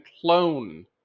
clone